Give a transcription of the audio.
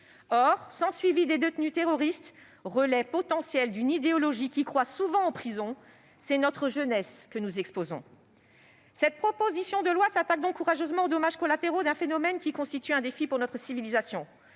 Or, sans suivi des détenus terroristes, relais potentiels d'une idéologie qui croît souvent en prison, c'est notre jeunesse que nous exposons. Cette proposition de loi s'attaque donc courageusement aux dommages collatéraux d'un phénomène qui constitue un défi pour notre civilisation.